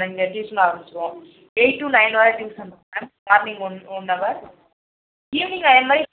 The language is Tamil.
நாங்க டியூஷன் ஆரம்பிச்சுடுவோம் எயிட் டூ நையன் வரை டியூஷன் நடக்கும் ma'am morning one one hour ஈவினிங்ல் அதே மாதிரி